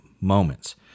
moments